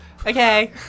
Okay